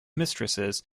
mistresses